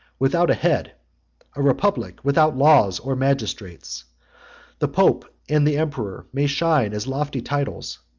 without a head a republic without laws or magistrates the pope and the emperor may shine as lofty titles,